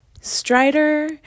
Strider